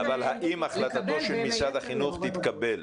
היתר --- אבל האם החלטתו של משרד החינוך תתקבל?